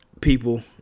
people